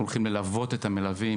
אנחנו הולכים ללוות את המלווים,